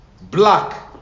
black